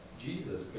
Jesus